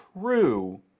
true